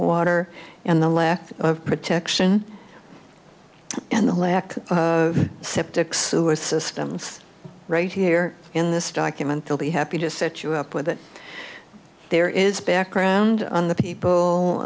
water and the lack of protection and the lack of septic sewer systems right here in this document they'll be happy to set you up with it there is background on the people